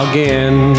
Again